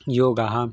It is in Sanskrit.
योगः